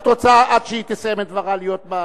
עד שהיא תסיים את דברה את רוצה להיות,